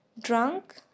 Drunk